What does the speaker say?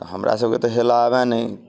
तऽ हमरासभके तऽ हेलय आबय नहि